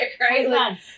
right